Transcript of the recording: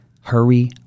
hurry